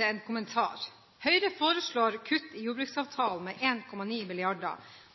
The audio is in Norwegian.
en kommentar. Høyre foreslår kutt i jordbruksavtalen med 1,9 mrd.